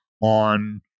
on